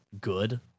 good